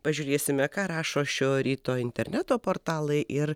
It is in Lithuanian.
pažiūrėsime ką rašo šio ryto interneto portalai ir